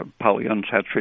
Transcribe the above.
polyunsaturated